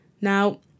Now